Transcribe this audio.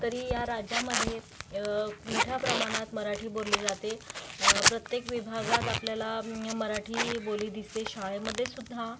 तरी या राज्यामध्ये मोठ्या प्रमाणात मराठी बोलली जाते प्रत्येक विभागात आपल्याला मराठी बोली दिसते शाळेमध्ये सुद्धा